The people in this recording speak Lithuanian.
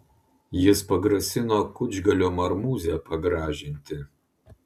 jis pagrasino kučgalio marmūzę pagražinti